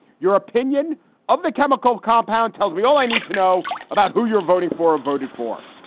your opinion of the chemical compound tells me all i need to know about who you're voting for voted for.